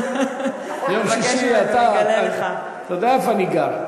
יום שישי, אתה יודע איפה אני גר.